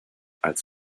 als